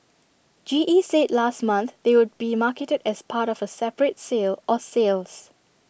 G E said last month they would be marketed as part of A separate sale or sales